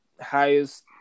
highest